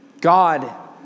God